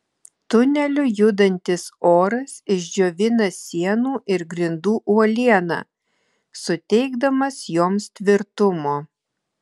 tuneliu judantis oras išdžiovina sienų ir grindų uolieną suteikdamas joms tvirtumo